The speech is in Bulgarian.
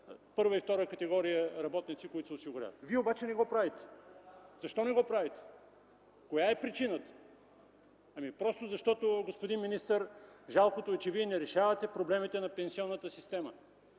първа и втора категория работници, които се осигуряват.” Вие обаче не го правите. Защо не го правите?! Коя е причината?! Защото, господин министър, жалкото е, че Вие не решавате проблемите на пенсионната система.